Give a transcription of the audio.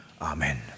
Amen